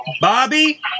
Bobby